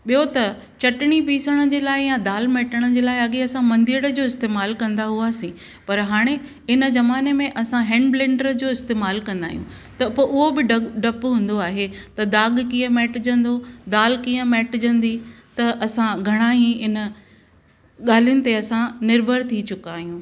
ॿियो त चटणी पीसण जे लाइ या दालि मेटण जे लाइ अॻे असां मंधीअड़े जो इस्तेमालु कंदा हुआसीं पर हाणे हिन ज़माने में असां हैंड ब्लैंडर जो इस्तेमालु कंदा आहियूं त पोइ उहो बि ड डपु हूंदो आहे त दाॻ किअं मिटजंदो दालि किअं मिटजंदी त असां घणा ई हिन ॻाल्हियुनि ते असां निर्भर थी चुका आहियूं